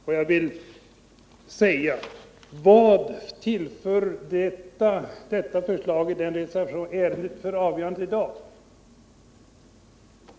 Vilken betydelse har förslaget i den reservationen för ärendenas avgörande i dag?